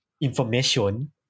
information